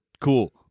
cool